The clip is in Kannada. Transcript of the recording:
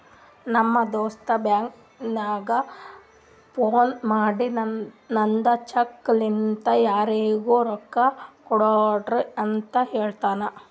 ನಮ್ ದೋಸ್ತ ಬ್ಯಾಂಕ್ಗ ಫೋನ್ ಮಾಡಿ ನಂದ್ ಚೆಕ್ ಲಿಂತಾ ಯಾರಿಗೂ ರೊಕ್ಕಾ ಕೊಡ್ಬ್ಯಾಡ್ರಿ ಅಂತ್ ಹೆಳುನೂ